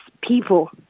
people